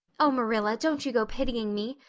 oh, marilla, don't you go pitying me.